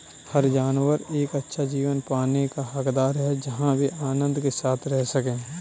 हर जानवर एक अच्छा जीवन पाने का हकदार है जहां वे आनंद के साथ रह सके